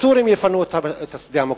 הסורים יפנו את שדה המוקשים.